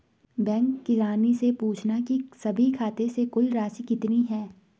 bank किरानी से पूछना की सभी खाते से कुल राशि कितनी है